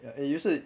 eh 有一次